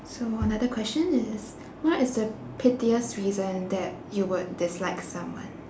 so another question is what is the pettiest reason that you would dislike someone